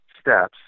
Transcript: steps